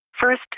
First